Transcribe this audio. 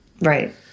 Right